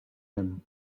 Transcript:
him